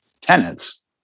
tenants